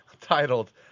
Titled